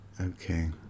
okay